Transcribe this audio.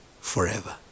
forever